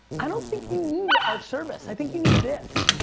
i don't think you need our service. i think you need this.